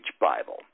Bible